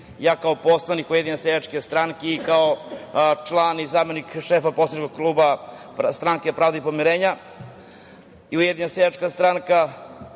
kao poslanik Ujedinjene seljačke stranke i kao član i zamenik šefa poslaničkog kluba Stranke pravde i pomirenja i Ujedinjena seljačka stranka